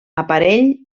aparell